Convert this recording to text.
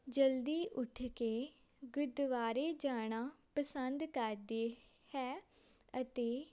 ਜਲਦੀ ਉੱਠ ਕੇ ਗੁਰਦੁਆਰੇ ਜਾਣਾ ਪਸੰਦ ਕਰਦੇ ਹੈ ਅਤੇ